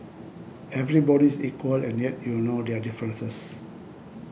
everybody is equal and yet you know their differences